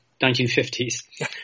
1950s